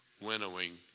winnowing